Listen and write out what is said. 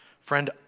Friend